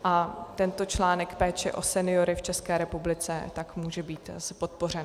A tento článek péče o seniory v České republice tak může být podpořen.